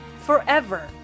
forever